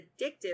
addictive